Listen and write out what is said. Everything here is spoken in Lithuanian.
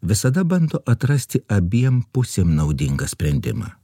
visada bando atrasti abiem pusėm naudingą sprendimą